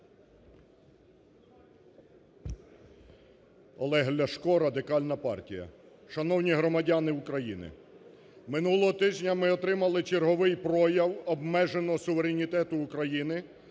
Олег Ляшко, Радикальна партія. Шановні громадяни України, минулого тижня ми отримали черговий прояв обмеженого суверенітету України